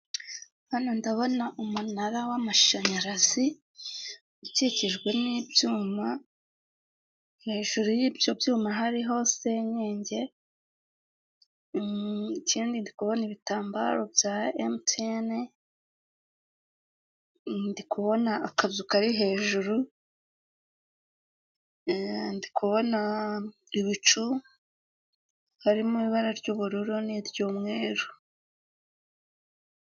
Hano ndabona umunara w'amashanyarazi, ukikijwe n'ibyuma, hejuru y'ibyo byuma hariho senyege, ikindi ndi kubona ibitambaro bya MTN, ndi kubona akazu kari hejuru, ndikubona ibicu, harimo ibara ry'ubururu, n'iry'umweru.